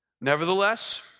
Nevertheless